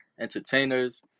entertainers